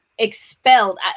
expelled